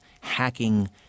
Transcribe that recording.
hacking